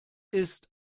ist